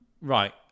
right